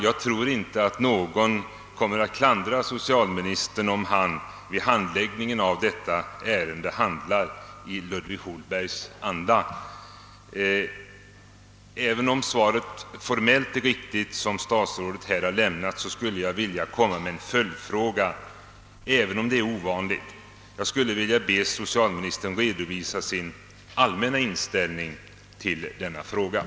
Jag tror inte att någon kommer att klandra socialministern, om han handlägger detta ärende i Ludvig Holbergs anda. Även om det svar som statsrådet här har lämnat är formellt riktigt, skulle jag vilja ställa en följdfråga: Vill socialministern redovisa sin allmänna inställning till denna sak?